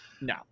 No